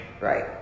Right